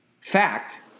fact